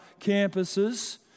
campuses